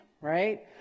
right